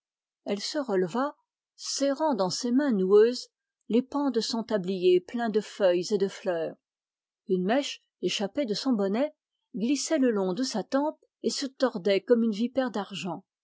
elle se releva serrant dans ses mains noueuses les pans de son tablier plein de feuilles et de fleurs une mèche échappée de son bonnet glissait le long de sa tempe et se tordait comme une vipère d'argent